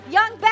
Young